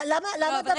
למה הדבר הזה?